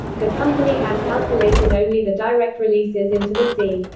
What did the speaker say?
the company had calculated only the direct releases into the sea.